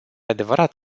adevărat